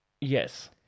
Yes